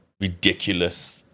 ridiculous